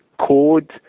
code